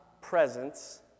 presence